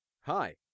Hi